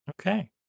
Okay